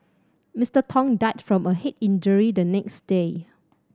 Mister Tong died from a head injury the next day